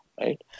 right